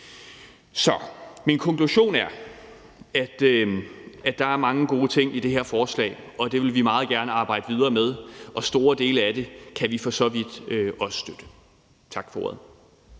Så min konklusion er, at der er mange gode ting i det her forslag, og det vil vi meget gerne arbejde videre med, og store dele af det kan vi for så vidt også støtte. Tak for ordet.